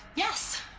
yes!